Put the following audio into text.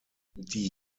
die